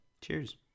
Cheers